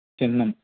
चिह्नं